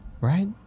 Right